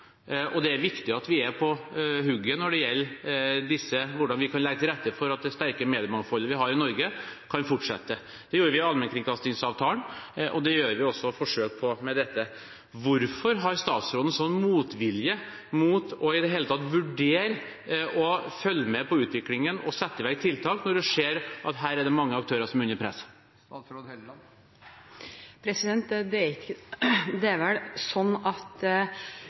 og det er viktig at vi er på hugget når det gjelder hvordan vi kan legge til rette for at det sterke mediemangfoldet vi har i Norge, kan fortsette. Det gjorde vi i allmennkringkastingsavtalen, og det gjør vi også forsøk på med dette. Hvorfor har statsråden sånn motvilje mot i det hele tatt å vurdere å følge med på utviklingen og sette i verk tiltak, når hun ser at her er det mange aktører som er under press? Om lokalavisene skal leve eller dø – jeg tror ikke det står om noen måneder. Jeg er